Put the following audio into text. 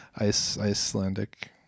Icelandic